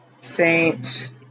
saint